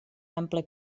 ample